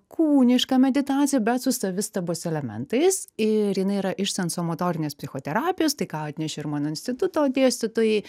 kūnišką meditaciją bet su savistabos elementais ir jinai yra iš sensomotorinės psichoterapijos tai ką atnešė ir mano instituto dėstytojai